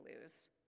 lose